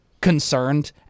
concerned